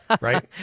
Right